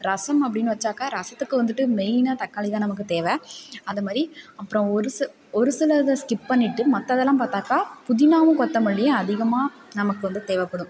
ரசம் அப்படின்னு வச்சாக்கா ரசத்துக்கு வந்துட்டு மெயினாக தக்காளி தான் நமக்கு தேவை அந்த மாதிரி அப்புறோம் ஒரு சில ஒரு சிலதை ஸ்கிப் பண்ணிவிட்டு மற்றதெல்லாம் பார்த்தாக்க புதினாவும் கொத்தமல்லியும் அதிகமாக நமக்கு வந்து தேவைபடும்